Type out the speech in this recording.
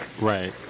right